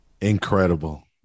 Incredible